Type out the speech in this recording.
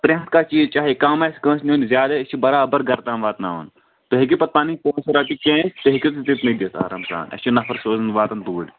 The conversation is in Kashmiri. پرٮ۪تھ کانٛہہ چیٖز چاہے کم آسہِ کٲنسہِ نیُن یا زیادٕ اَسہِ أسۍ چھِ برابر گرٕ تام واتناوان تُہۍ ہٮ۪کو پَتہٕ پنٕنۍ پونٛسہٕ رٔٹِتھ چینج تُہۍ ہٮ۪کو تتنی دِتھ آرام سان اسہِ چھِ نفر سوزن واتان توٗرۍ